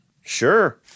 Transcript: Sure